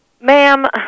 Ma'am